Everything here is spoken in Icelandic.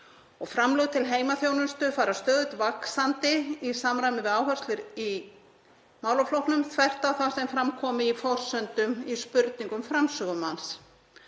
framlög til heimaþjónustu fara stöðugt vaxandi í samræmi við áherslur í málaflokknum þvert á það sem fram kom í forsendum í spurningum framsögumanns.